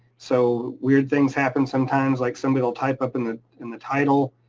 so weird things happen sometimes like somebody will type up in the in the title,